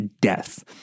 death